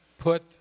Put